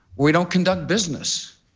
we don't conduct business,